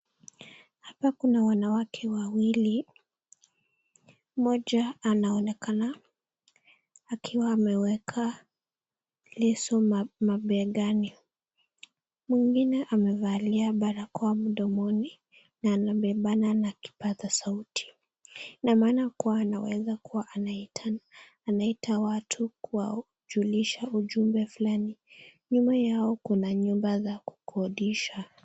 Hapa kuna wanawake wawili, moja anaonekana akiwa ameweka leso mabegani, mwingine amevalia barakoa mdomoni, na amebebana na kipasa sauti inamaana kuwa anaweza kuwa anaita watu kwa kujulisha ujumbe fulani. Nyuma yao kuna nyumba za kukodisha.